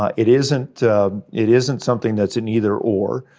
ah it isn't it isn't something that's an either or.